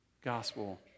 gospel